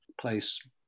place